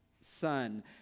son